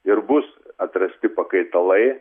ir bus atrasti pakaitalai